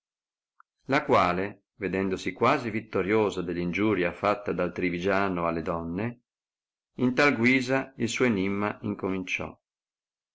la quale vedendosi quasi vittoriosa dell ingiuria fatta dal trivigiano alle donne in tal guisa il suo enimma incominciò